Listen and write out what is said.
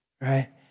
right